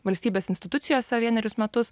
valstybės institucijose vienerius metus